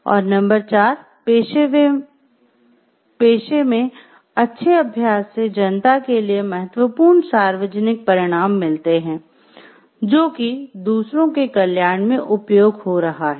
और नंबर चार पेशे में अच्छे अभ्यास से जनता के लिए महत्वपूर्ण सार्वजनिक परिणाम मिलते हैं जो कि दूसरों के कल्याण में उपयोग हो रहा है